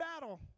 battle